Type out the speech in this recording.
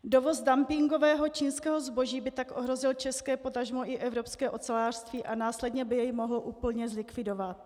Dovoz dumpingového čínského zboží by tak ohrozil české, potažmo i evropské ocelářství a následně by jej mohl úplně zlikvidovat.